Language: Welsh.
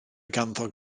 ganddo